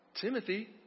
Timothy